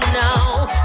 now